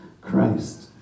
Christ